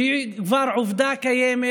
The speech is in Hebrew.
שהיא כבר עובדה קיימת.